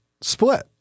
split